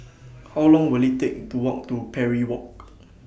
How Long Will IT Take to Walk to Parry Walk